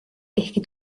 ehkki